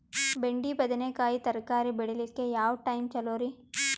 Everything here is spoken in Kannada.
ಬೆಂಡಿ ಬದನೆಕಾಯಿ ತರಕಾರಿ ಬೇಳಿಲಿಕ್ಕೆ ಯಾವ ಟೈಮ್ ಚಲೋರಿ?